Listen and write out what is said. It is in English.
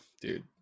dude